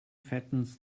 fattens